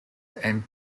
and